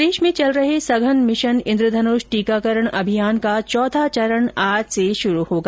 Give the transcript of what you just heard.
प्रदेश में चल रहे सघन मिशन इन्द्रधन्ष टीकाकरण अभियान का चौथा चरण आज से शुरू होगा